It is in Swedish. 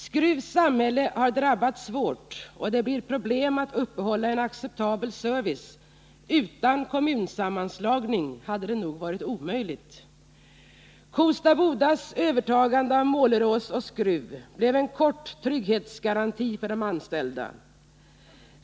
Skruvs samhälle har drabbats svårt, och det blir många problem att upprätthålla en acceptabel service. Utan kommunsammanslagningen hade det nog varit omöjligt. Kosta Bodas övertagande av Målerås och Skruv blev en kort trygghetsgaranti för de anställda.